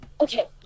Okay